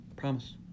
promise